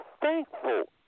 thankful